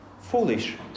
foolish